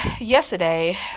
yesterday